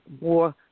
more